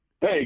Hey